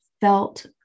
felt